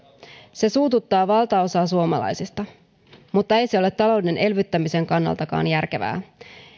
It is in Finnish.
se suututtaa valtaosaa suomalaisista mutta ei se ole talouden elvyttämisen kannaltakaan järkevää